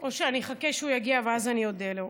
או שאני אחכה שהוא יגיע ואז אני אודה לו.